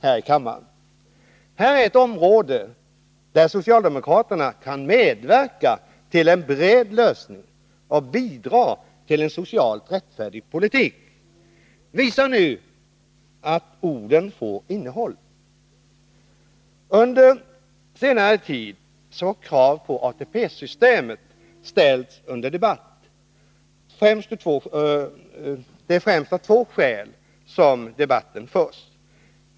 Här är ett område där socialdemokraterna kan medverka till en bred lösning och bidra till en socialt rättfärdig politik. Visa nu att orden får innehåll! Under senare tid har krav på ATP-systemet ställts under debatt. Det är främst av två skäl som debatten förs.